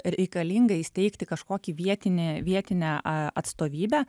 reikalinga įsteigti kažkokį vietinį vietinę a atstovybę